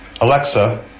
Alexa